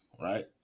right